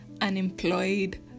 unemployed